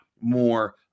more